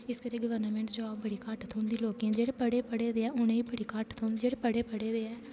इस करियै government job बड़ी घट्ट थ्होंदी लोक गी जेहडे बड पढे़ दे ऐ उंहेगी बडी घट्ट थ्होंदी जेहडे़ बडे़ पढे़ दे ऐ